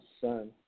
son